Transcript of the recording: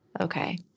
okay